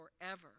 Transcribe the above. forever